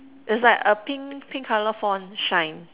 it's like a pink pink colour font shine